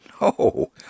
No